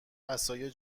عصای